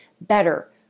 better